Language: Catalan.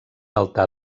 altar